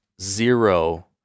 zero